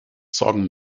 sorgen